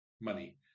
money